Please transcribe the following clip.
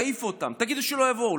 תעיפו אותם, תגידו שלא יבואו.